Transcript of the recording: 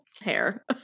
hair